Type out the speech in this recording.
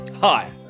Hi